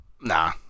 Nah